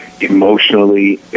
emotionally